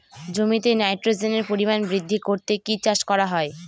জমিতে নাইট্রোজেনের পরিমাণ বৃদ্ধি করতে কি চাষ করা হয়?